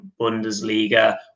Bundesliga